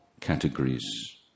categories